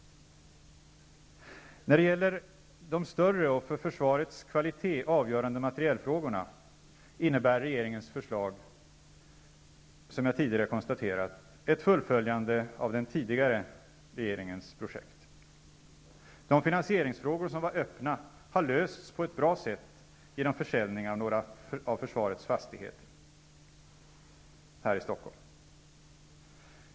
När det gäller de större och för försvarets kvalitet avgörande materielfrågorna innebär regeringens förslag, som jag tidigare konstaterat, ett fullföljande av den tidigare regeringens projekt. De finansieringsfrågor som var öppna har lösts på ett bra sätt genom försäljning av några av försvarets fastigheter i Stockholm.